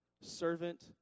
servant